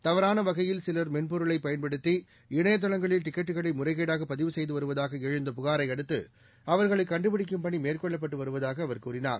தவறான வகையில் சிவர் மென்பொருளைப் பயன்படுத்தி இணைய தளங்களில் டிக்கெட்டுகளை முறைகேடாக பதிவு செய்து வருவதாக எழுந்த புகாரையடுத்து அவர்களை கண்டுபிடிக்கும் பணி மேற்கொள்ளப்பட்டு வருவதாக அவர் கூறினார்